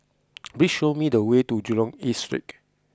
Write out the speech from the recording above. please show me the way to Jurong East Street